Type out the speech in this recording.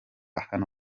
hano